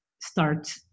start